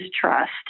trust